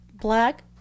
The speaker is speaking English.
black